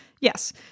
Yes